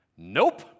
Nope